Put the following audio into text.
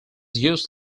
used